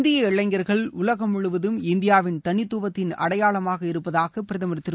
இந்திய இளைஞர்கள் உலகம் முழுவதும் இந்தியாவின் தனித்துவத்தின் அடையாளமாக இருப்பதாக பிரதமர் திரு